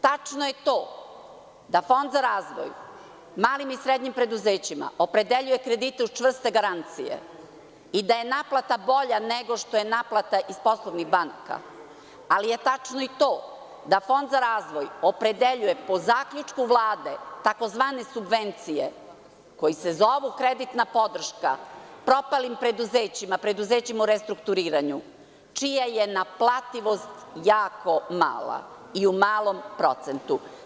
Tačno je to da Fond za razvoj malim i srednjim preduzećima opredeljuje kredite uz čvrste garancije i da je naplata bolja nego što je naplata iz poslovnih banaka, ali je tačno i to da Fond za razvoj opredeljuje po zaključku Vlade tzv. subvencije koje se zovu kreditna podrška propalim preduzećima, preduzećima u restrukturiranju, čija je naplativost jako mala i u malom procentu.